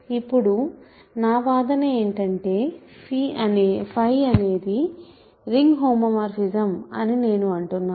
ఇప్పుడు నా వాదన ఏంటంటే 𝚽అనేది రింగ్ హోమోమార్ఫిజం అని నేను అంటున్నాను